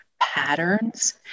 patterns